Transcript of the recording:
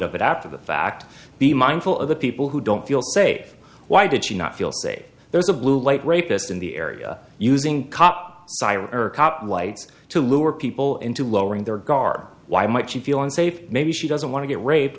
of it after the fact be mindful of the people who don't feel safe why did she not feel say there was a blue light rapist in the area using cop or cop lights to lure people into lowering their guard why might she feel unsafe maybe she doesn't want to get raped